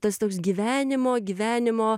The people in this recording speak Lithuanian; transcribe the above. tas toks gyvenimo gyvenimo